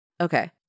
Okay